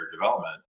development